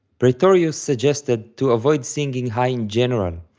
praetorius suggested to avoid singing high in general,